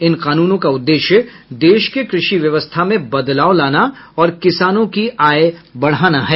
इन कानूनों का उद्देश्य देश के कृषि व्यवस्था में बदलाव लाना और किसानों की आय बढ़ाना है